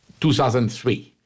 2003